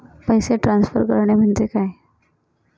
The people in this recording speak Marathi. पैसे ट्रान्सफर करणे म्हणजे काय?